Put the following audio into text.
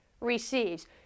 receives